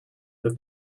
that